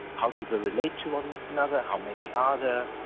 how do they relate to one another, how many are there,